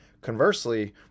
Conversely